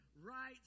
right